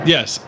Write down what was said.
Yes